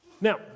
Now